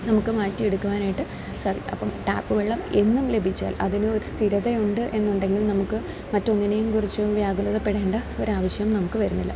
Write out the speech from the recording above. നമുക്ക് മാറ്റിയെടുക്കുവാനായിട്ട് സാധിക്കും അപ്പം ടാപ്പ് വെള്ളം എന്നും ലഭിച്ചാൽ അതിന് ഒരു സ്ഥിരതയുണ്ട് എന്നുണ്ടെങ്കിൽ നമുക്ക് മറ്റൊന്നിനേയും കുറിച്ചും വ്യാകുലതപ്പെടേണ്ട ഒരു ആവശ്യവും നമുക്ക് വരുന്നില്ല